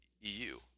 EU